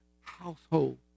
household